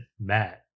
matt